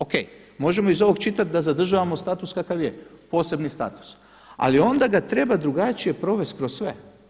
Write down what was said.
O.K., možemo iz ovog čitati da zadržavamo status kakav je, posebni status ali onda ga treba drugačije provesti kroz sve.